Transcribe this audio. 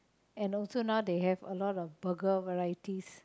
and also now it has alot of burger varieties